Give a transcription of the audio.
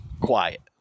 quiet